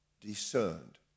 discerned